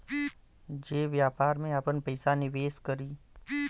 जे व्यापार में आपन पइसा निवेस करी